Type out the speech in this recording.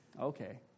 Okay